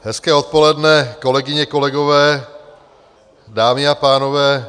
Hezké odpoledne, kolegyně, kolegové, dámy a pánové.